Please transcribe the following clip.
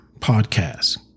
podcast